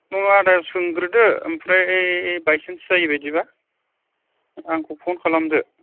औ आदाया सोंग्रोदो ओमफ्राय बायसान्स जायो बायदिबा आंखौ फ'न खालामदो